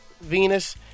Venus